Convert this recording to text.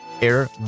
air